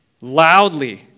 loudly